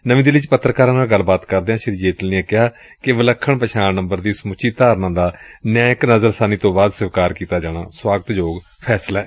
ਨਵੀ ਦਿੱਲੀ ਚ ਪੱਤਰਕਾਰਾ ਨਾਲ ਗੱਲਬਾਤ ਕਰਦਿਆਂ ਸ੍ਰੀ ਜੇਤਲੀ ਨੇ ਕਿਹਾ ਕਿ ਵਿਲੱਖਣ ਪਛਾਣ ਨੰਬਰ ਦੀ ਸਮੁੱਚੀ ਧਾਰਨਾ ਦਾ ਨਿਆਂਇਕ ਨਜ਼ਰਸਾਨੀ ਤੋਂ ਬਾਅਦ ਸਵੀਕਾਰ ਕੀਤਾ ਜਾਣਾ ਸੁਆਗਤ ਯੋਗ ਫੈਸਲਾ ਏ